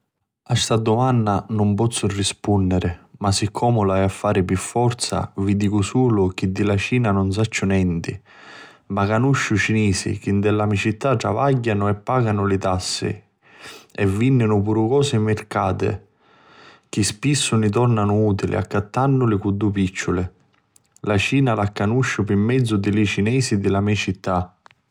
A sta dumanna nun pozzu rispunniri ma siccomu l'haiu a fari pi forza vi dicu sulu chi di la Cina nun sacciu nenti ma canusciu cinisi chi nta la me città travagghianu e pacanu li tassi e vinninu puru cosi mircati chi spissu ni tornanu utili accattannuli cu dui picciuli. La Cina la canusciu pi mezzu di li cinisi di la me città.